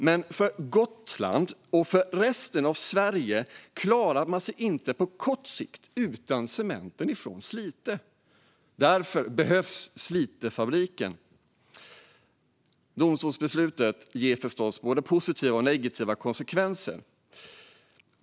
Men Gotland och resten av Sverige klarar sig inte på kort sikt utan cementen från Slite. Därför behövs Slitefabriken. Domstolsbeslutet ger förstås både positiva och negativa konsekvenser.